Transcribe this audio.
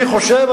אני חושב,